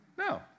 No